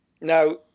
Now